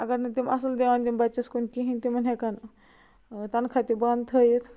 اگر نہٕ تِم اَصٕل دیان دنۍ بَچس کُن کِہیٖنۍ تِمن ہٮ۪کن تنخواہ تہِ بنٛد تھٲیِتھ